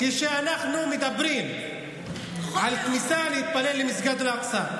כשאנחנו מדברים על כניסה להתפלל במסגד אל-אקצא?